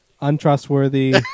Untrustworthy